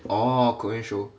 orh korean show